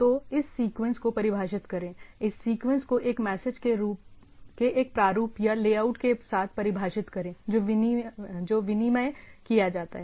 तो इस सीक्वेंस को परिभाषित करें इस सीक्वेंस को एक मैसेज के एक प्रारूप या लेआउट के साथ परिभाषित करें जो विनिमय किया जाता है